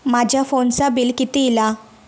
माझ्या फोनचा बिल किती इला?